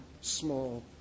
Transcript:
small